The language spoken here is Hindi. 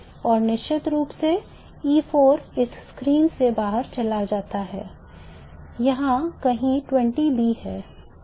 और निश्चित रूप से E4 इस स्क्रीन से बाहर चला जाता है यहाँ कहीं 20B है